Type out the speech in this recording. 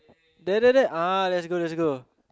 there there there ah lets go